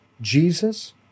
Jesus